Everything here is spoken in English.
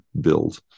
build